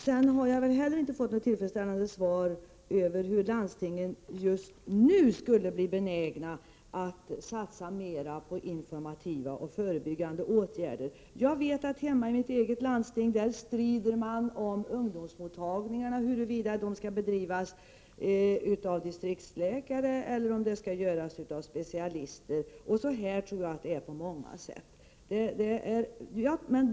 Jag har inte heller fått något tillfredsställande svar på hur landstingen just nu skulle bli benägna att satsa mera på informativa och förebyggande åtgärder. I landstinget i mitt hemlän strider man om huruvida ungdomsmottagningarna skall drivas av distriktsläkare eller av specialister. Jag tror att det i många avseenden förekommer förhållanden av detta slag.